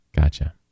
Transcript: Gotcha